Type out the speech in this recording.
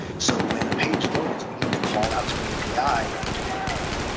so when the page loads, we need to call out to an api and get more data.